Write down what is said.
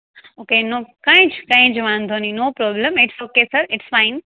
okay no કાંઈ જ કાંઈ જ વાંધો નઈ no problem it's okay sir it's fine